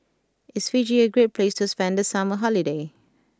is Fiji a great place to spend the summer holiday